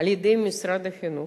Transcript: על-ידי משרד החינוך,